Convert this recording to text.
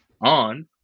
on